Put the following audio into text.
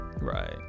Right